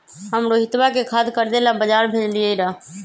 हम रोहितवा के खाद खरीदे ला बजार भेजलीअई र